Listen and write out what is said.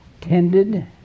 Tended